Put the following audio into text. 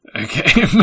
Okay